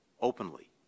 openly